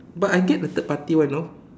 but I get the third party one you know